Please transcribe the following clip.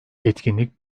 etkinlik